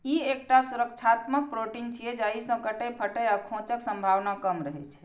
ई एकटा सुरक्षात्मक प्रोटीन छियै, जाहि सं कटै, फटै आ खोंचक संभावना कम रहै छै